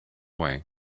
way